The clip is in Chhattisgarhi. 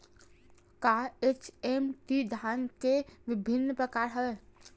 का एच.एम.टी धान के विभिन्र प्रकार हवय?